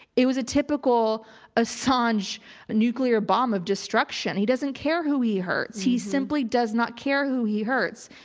it was a typical assange nuclear bomb of destruction. he doesn't care who he hurts, he simply does not care who he hurts.